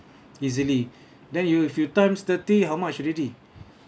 easily then you if you times thirty how much already